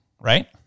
right